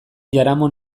jaramon